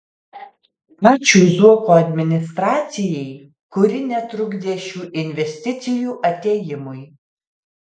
ačiū zuoko administracijai kuri netrukdė šių investicijų atėjimui